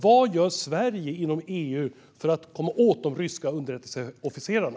Vad gör Sverige inom EU för att komma åt de ryska underrättelseofficerarna?